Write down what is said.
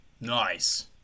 Nice